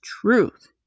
truth